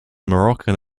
moroccan